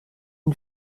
une